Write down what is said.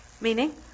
meaning